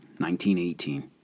1918